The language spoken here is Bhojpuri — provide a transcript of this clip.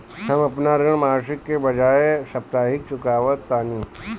हम अपन ऋण मासिक के बजाय साप्ताहिक चुकावतानी